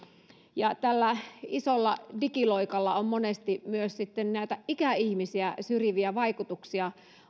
tällä isolla digiloikalla on monesti myös sitten näitä ikäihmisiä syrjiviä vaikutuksia